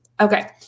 Okay